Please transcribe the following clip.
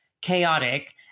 chaotic